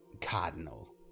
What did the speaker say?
Cardinal